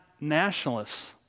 nationalists